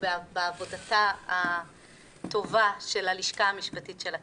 ובעבודתה הטובה של הלשכה המשפטית של הכנסת,